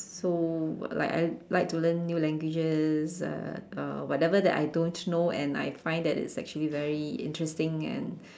so like I like to learn new languages uh uh whatever that I don't know and I find that it's actually very interesting and